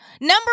Number